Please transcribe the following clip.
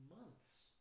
months